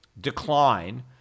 decline